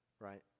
right